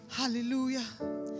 hallelujah